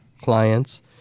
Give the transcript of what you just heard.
clients